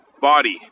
body